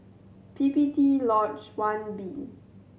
P P T Lodge One B